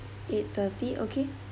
eight thirty okay